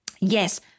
Yes